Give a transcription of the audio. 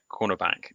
cornerback